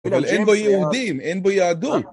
אבל אין בו יהודים, אין בו יהדות.